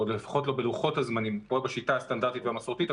או לפחות לא בלוחות הזמנים כמו בשיטה הסטנדרטים והמסורתית.